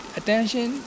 attention